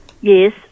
Yes